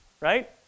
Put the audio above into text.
right